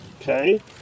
Okay